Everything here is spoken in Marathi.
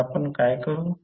तर आपण काय करू